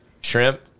Shrimp